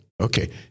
Okay